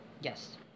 Yes